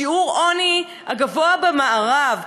שיעור העוני הגבוה במערב,